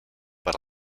per